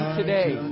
today